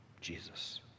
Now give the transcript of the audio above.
Jesus